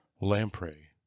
lamprey